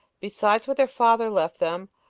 besides what their father left them,